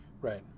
Right